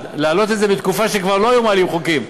להעלות את זה בתקופה שכבר לא היו מעלים חוקים,